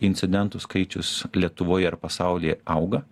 incidentų skaičius lietuvoje ir pasaulyje auga